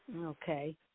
Okay